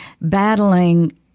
battling